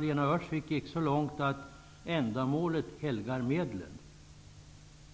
Lena Öhrsvik gick så långt att man kan säga att ändamålet helgar medlen.